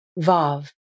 Vav